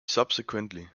subsequently